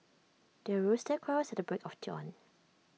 the rooster crows at the break of dawn